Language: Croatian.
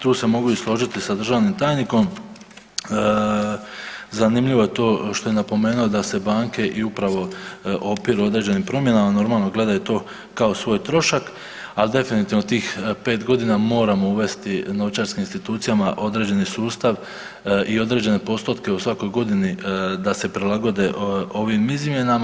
Tu se mogu i složiti sa državnim tajnikom, zanimljivo je to što je napomenuo da se banke i upravo opiru određenim promjenama, normalno gledaju to kao svoj trošak, ali definitivno tih pet godina moramo uvesti novčarskim institucijama određeni sustav i određene postotke u svakoj godini da se prilagode ovim izmjenama.